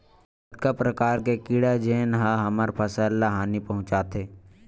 कतका प्रकार के कीड़ा जेन ह हमर फसल ल हानि पहुंचाथे?